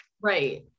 right